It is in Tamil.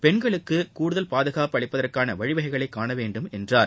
பெண்களுக்கு கூடுதல் பாதுகாப்பு அளிப்பதற்கான வழிவகைகளை காண வேண்டும் என்றார்